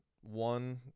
one